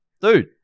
dude